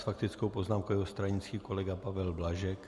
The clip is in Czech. S faktickou poznámkou jeho stranický kolega Pavel Blažek.